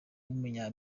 w’umunya